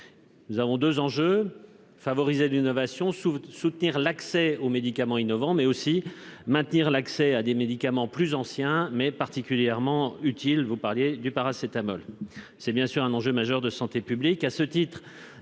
Nous avons 2 enjeux favoriser d'une novation sous soutenir l'accès aux médicaments innovants, mais aussi maintenir l'accès à des médicaments plus anciens mais particulièrement utile, vous parliez du paracétamol, c'est bien sûr un enjeu majeur de santé publique